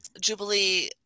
Jubilee